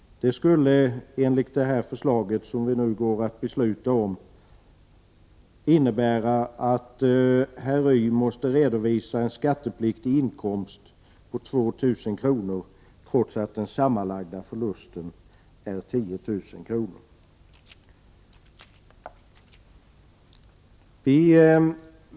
Det skulle enligt de förslag vi nu skall fatta beslut om innebära att herr Y måste redovisa en skattepliktig inkomst 2 000 kr., trots att den sammanlagda förlusten är 10 000 kr.